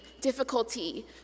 difficulty